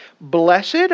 Blessed